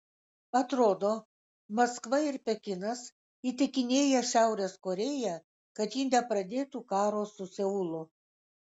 atrodo maskva ir pekinas įtikinėja šiaurės korėją kad ji nepradėtų karo su seulu